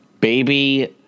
Baby